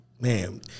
man